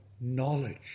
knowledge